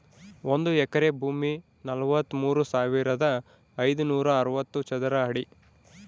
ಒಂದು ಎಕರೆ ಭೂಮಿ ನಲವತ್ಮೂರು ಸಾವಿರದ ಐನೂರ ಅರವತ್ತು ಚದರ ಅಡಿ